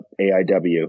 AIW